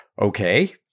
Okay